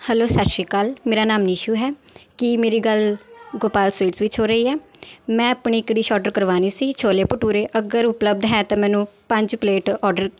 hello ਸਤਿ ਸ਼੍ਰੀ ਅਕਾਲ ਮੇਰਾ ਨਾਮ ਨਿਸ਼ੂ ਹੈ ਕੀ ਮੇਰੀ ਗੱਲ ਗੋਪਾਲ ਸਵੀਟਸ ਵਿੱਚ ਹੋ ਰਹੀ ਹੈ ਮੈਂ ਆਪਣੀ ਇੱਕ ਡਿਸ਼ ਔਡਰ ਕਰਵਾਉਣੀ ਸੀ ਛੋਲੇ ਭਟੂਰੇ ਅਗਰ ਉਪਲਬਧ ਹੈ ਤਾਂ ਮੈਨੂੰ ਪੰਜ ਪਲੇਟ ਔਡਰ